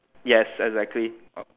yes exactly